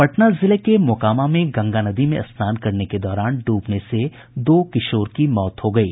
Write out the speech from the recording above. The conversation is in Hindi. पटना जिले के मोकामा में गंगा नदी में स्नान करने के दौरान डूबने से दो किशोर की मौत हो गयी